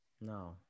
no